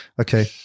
Okay